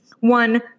one